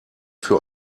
für